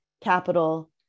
capital